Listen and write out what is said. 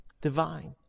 divine